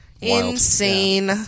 Insane